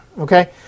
Okay